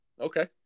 Okay